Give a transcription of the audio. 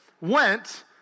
went